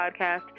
podcast